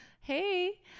Hey